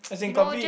you know just